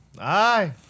Aye